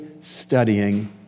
studying